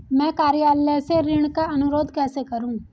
मैं कार्यालय से ऋण का अनुरोध कैसे करूँ?